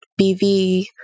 BV